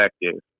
effective